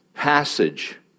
passage